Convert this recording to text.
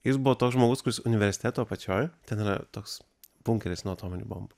jis buvo toks žmogus kuris universiteto apačioj ten yra toks bunkeris nuo atominių bombų